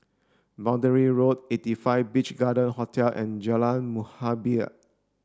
boundary Road eighty five Beach Garden Hotel and Jalan Muhibbah